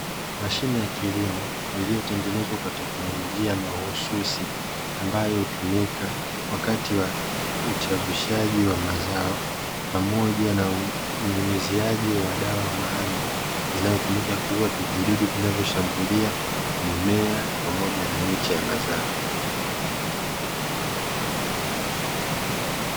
Mashine ya kilimo, iliyotengenezwa kwa teknolojia mahususi, ambayo hutumika wakati wa uchavushaji wa mazao pamoja na unyunyiziaji wa dawa maalumu, inayotumika kuua vijidudu vinavyoshambulia mimea pamoja na miche ya mazao.